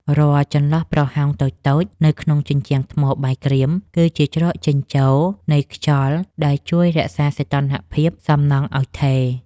រាល់ចន្លោះប្រហោងតូចៗនៅក្នុងជញ្ជាំងថ្មបាយក្រៀមគឺជាច្រកចេញចូលនៃខ្យល់ដែលជួយរក្សាសីតុណ្ហភាពសំណង់ឱ្យថេរ។